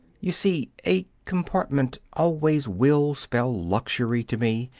you see, a compartment always will spell luxury to me.